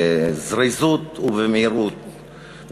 בזריזות ובמהירות,